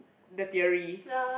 the theory